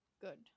Good